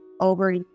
over